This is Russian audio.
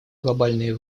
глобальные